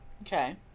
Okay